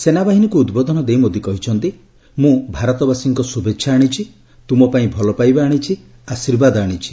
ସେନାବାହିନୀକୁ ଉଦବୋଧନ ଦେଇ ମୋଦୀ କହିଛନ୍ତି'ମୁଁ ଭାରତବାସୀଙ୍କ ଶୁଭେଚ୍ଛା ଆଣିଛି ତୁମ ପାଇଁ ଭଲପାଇବା ଆଣିଛି ଆଶୀର୍ବାଦ ଆଣିଛି